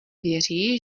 věří